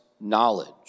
knowledge